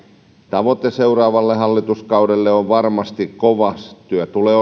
tavoite seuraavalle hallituskaudelle on varmasti kova työ tulee